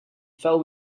fell